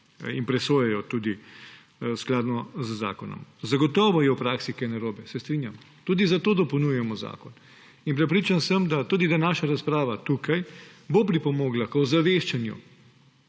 in presojajo tudi skladno z zakonom. Zagotovo je v praksi kaj narobe, se strinjam, tudi zato dopolnjujemo zakon. In prepričan sem, da tudi današnja razprava tukaj bo pripomogla k ozaveščanju